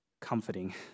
comforting